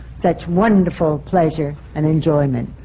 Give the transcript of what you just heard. such wonderful pleasure and enjoyment.